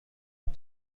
این